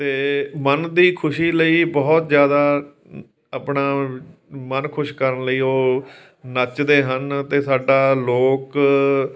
ਅਤੇ ਮਨ ਦੀ ਖੁਸ਼ੀ ਲਈ ਬਹੁਤ ਜ਼ਿਆਦਾ ਆਪਣਾ ਮਨ ਖੁਸ਼ ਕਰਨ ਲਈ ਉਹ ਨੱਚਦੇ ਹਨ ਅਤੇ ਸਾਡਾ ਲੋਕ